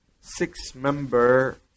six-member